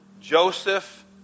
Joseph